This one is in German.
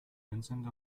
vincent